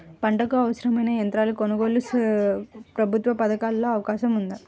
పంటకు అవసరమైన యంత్రాల కొనగోలుకు ప్రభుత్వ పథకాలలో అవకాశం ఉందా?